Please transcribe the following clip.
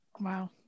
Wow